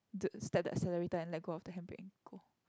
the step the accelerator and let go of the handbrake and go